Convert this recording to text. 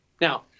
Now